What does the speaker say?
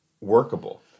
workable